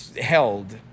held